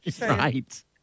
Right